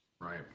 Right